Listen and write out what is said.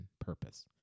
purpose